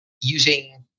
using